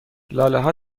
لالهها